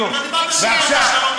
אבל לא ערערתי על זה.